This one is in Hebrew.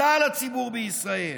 כלל הציבור בישראל.